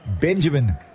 Benjamin